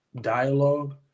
dialogue